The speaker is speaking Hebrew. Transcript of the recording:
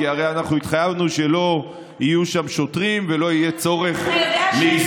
כי הרי אנחנו התחייבנו שלא יהיו שם שוטרים ושלא יהיה צורך להזדהות.